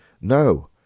No